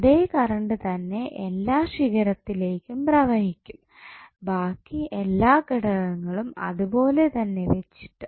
അതേ കറണ്ട് തന്നെ എല്ലാ ശിഖരത്തിലേക്കും പ്രവഹിക്കും ബാക്കി എല്ലാ ഘടകങ്ങളും അതുപോലെതന്നെ വച്ചിട്ട്